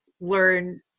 learn